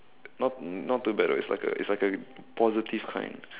not not too bad though it's like a it's like a positive kind